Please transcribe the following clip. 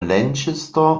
lancaster